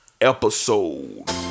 episode